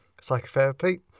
psychotherapy